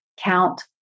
count